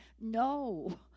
No